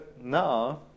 now